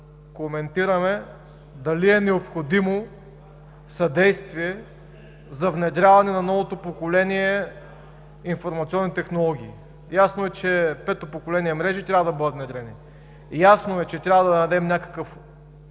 коментираме дали е необходимо съдействие за внедряване на новото поколение информационни технологии. Ясно е, че пето поколение мрежи трябва да бъдат внедрени. Ясно е, че трябва да дадем някакъв